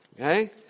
Okay